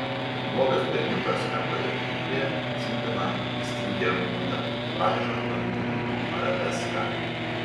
nuogas berniukas kambario viduryje cimpina dvistygę ūdą braižo ant grindų arabeską